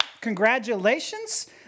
congratulations